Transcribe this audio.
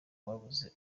babuze